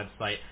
website